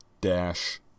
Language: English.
dash